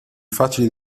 facili